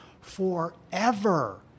forever